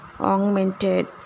augmented